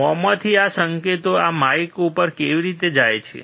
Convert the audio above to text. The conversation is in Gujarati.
મોમાંથી આ સંકેત આ માઇક ઉપર કેવી રીતે જાય છે